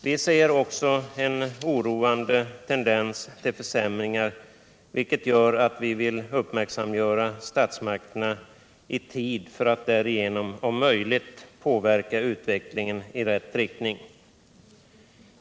Vi ser också en oroande tendens till försämringar, vilket gör att vi vill uppmärksamgöra statsmakterna i tid för att därigenom om möjligt påverka utvecklingen i rätt riktning.